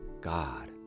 God